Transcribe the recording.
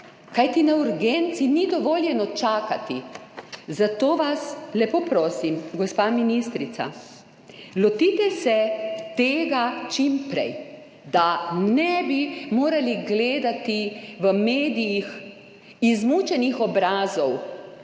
Kajti, na urgenci ni dovoljeno čakati. Zato vas lepo prosim, gospa ministrica, lotite se tega čim prej, da ne bi morali gledati v medijih izmučenih obrazov